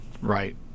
Right